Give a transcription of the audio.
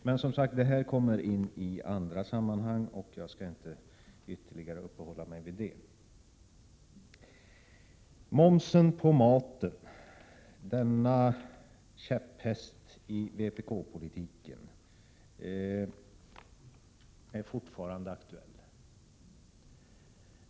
Men som sagt, detta kommer in i andra sammanhang, och jag skall inte ytterligare uppehålla mig vid det. Momsen på maten, denna käpphäst i vpk-politiken, är fortfarande aktuell.